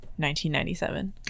1997